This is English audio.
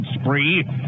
spree